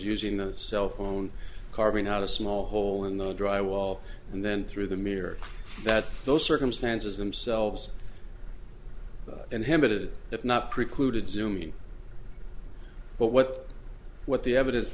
using a cell phone carving out a small hole in the dry wall and then through the mirror that those circumstances themselves and hit it if not precluded zoomie but what what the evidence